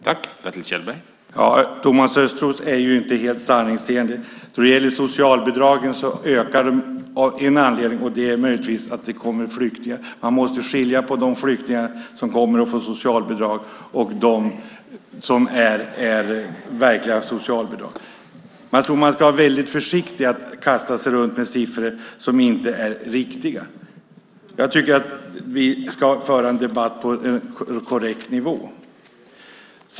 Herr talman! Thomas Östros är inte helt sanningsenlig. Socialbidragen ökar möjligtvis av den anledningen att det kommer flyktingar. Man måste skilja på flyktingar som kommer och får socialbidrag och de verkliga socialbidragen. Jag tror att man ska vara väldigt försiktig med att slänga sig med siffror som inte är riktiga. Jag tycker att vi ska föra en debatt på korrekt nivå.